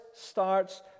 starts